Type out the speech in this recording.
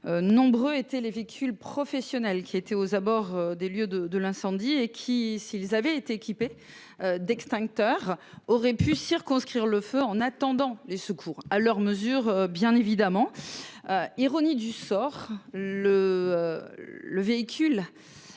Nombreux étaient les véhicules professionnels qui était aux abords des lieux de de l'incendie et qui, s'ils avaient été équipés. D'extincteurs aurait pu circonscrire le feu en attendant. Les secours à leur mesure, bien évidemment. Ironie du sort, le. Le véhicule.